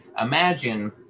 imagine